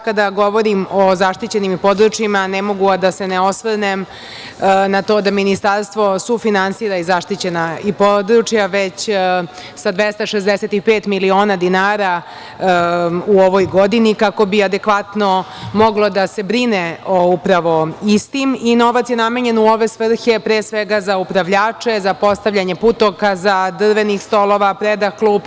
Kada govorim o zaštićenim područjima ne mogu, a da se ne osvrnem na to da Ministarstvo sufinansira i zaštićena područja već sa 265.000.000 dinara u ovoj godini, kako bi adekvatno moglo da se brine o upravo istim i novac je namenjen u ove svrhe, pre svega za upravljače, za postavljanje putokaza, drvenih stolova, predah klupa.